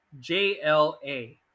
jla